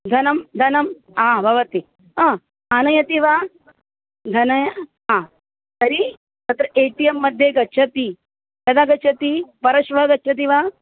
धनं धनं हा भवति हा आनयति वा धनं हा तर्हि तत्र ए टि यंमध्ये गच्छति कदा गच्छति परश्वः गच्छति वा